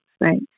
right